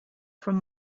from